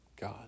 God